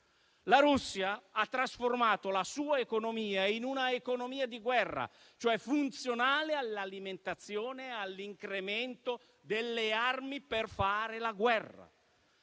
La Russia ha trasformato la sua economia in un'economia di guerra, cioè funzionale all'alimentazione e all'incremento delle armi per fare la guerra.